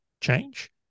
change